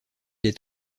est